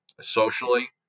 socially